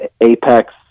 apex